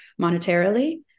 monetarily